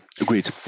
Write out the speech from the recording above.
Agreed